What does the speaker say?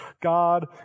God